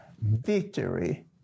victory